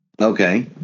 Okay